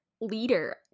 leader